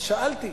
אז שאלתי: